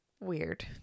weird